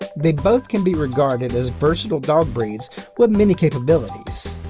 they both can be regarded as versatile dog breeds with many capabilities.